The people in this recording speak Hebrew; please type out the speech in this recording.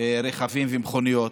רכבים ומכוניות,